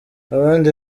abandi